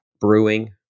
brewing